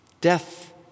death